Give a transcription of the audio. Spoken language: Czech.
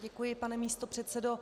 Děkuji, pane místopředsedo.